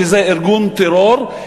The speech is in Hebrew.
שזה ארגון טרור,